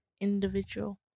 individual